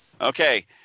Okay